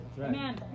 Amen